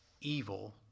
evil